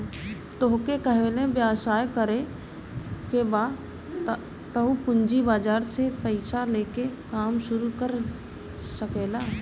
तोहके कवनो व्यवसाय करे के बा तअ पूंजी बाजार से पईसा लेके काम शुरू कर सकेलअ